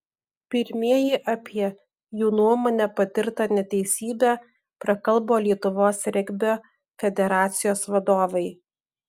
pirmieji apie jų nuomone patirtą neteisybę prakalbo lietuvos regbio federacijos vadovai